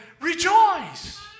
Rejoice